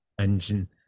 engine